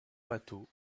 bateau